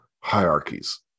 hierarchies